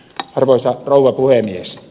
arvoisa rouva puhemies